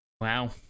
Wow